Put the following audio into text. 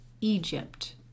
Egypt